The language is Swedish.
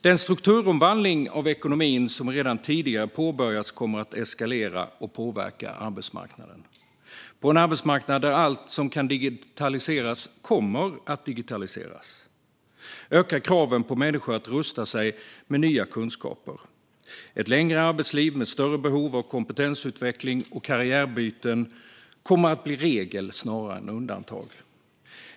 Den strukturomvandling av ekonomin som redan tidigare påbörjats kommer att eskalera och påverka arbetsmarknaden. På en arbetsmarknad där allt som kan digitaliseras kommer att digitaliseras ökar kraven på människor att rusta sig med nya kunskaper. Ett längre arbetsliv med större behov av kompetensutveckling och karriärbyten kommer att bli regel snarare än undantag.